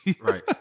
Right